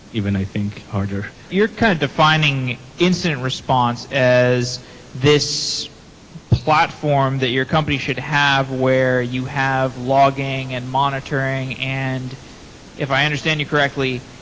i think, harder. you're kind of defining incident response as this platform that your company should have where you have logging and monitoring, and if i understand you correctly,